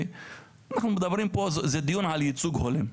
אנחנו מדברים פה, זה דיון על ייצוג הולם.